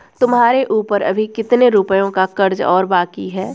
तुम्हारे ऊपर अभी कितने रुपयों का कर्ज और बाकी है?